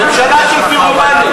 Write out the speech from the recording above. ממשלה של פירומנים.